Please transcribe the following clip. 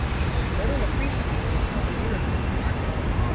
and is little appreciated on the european markets.